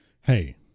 Hey